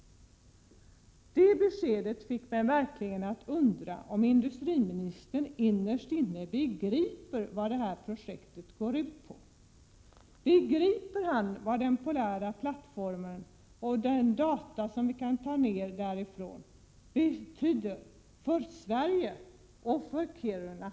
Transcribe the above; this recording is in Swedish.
Det beskedet fick mig att undra om industriministern innerst inne begriper vad detta projekt går ut på. Begriper han vad den polära plattformen och de data som vi kan ta ned därifrån betyder för Sverige och för Kiruna?